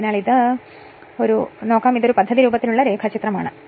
അതിനാൽ ഇത് ഞാൻ ഒരു പുസ്തകത്തിൽ നിന്ന് എടുത്ത ഒരു പദ്ധതിരൂപത്തിൽ ഉള്ള ഒരു രേഖാചിത്രം ആണ്